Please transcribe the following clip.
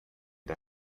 der